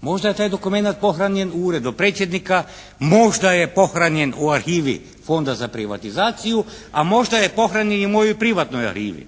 možda je taj dokumenat pohranjen u Uredu predsjednika, možda je pohranjen u arhivi Fonda za privatizaciju, a možda je pohranjen i u mojoj privatnoj arhivi.